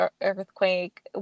earthquake